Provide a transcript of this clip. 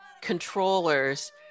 controllers